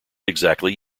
exactly